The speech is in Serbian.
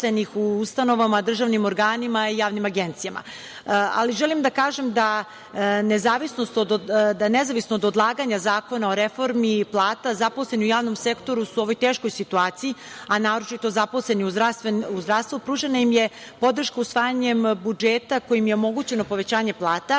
u ustanovama, državnim organima i javnim agencijama, ali želim da kažem da, nezavisno od odlaganja Zakona o reformi i plata, zaposleni u javnom sektoru su teškoj situaciji, a naročito zaposleni u zdravstvu. Pružena im je podrška usvajanjem budžeta kojim je omogućeno povećanje plata